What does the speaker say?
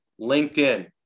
LinkedIn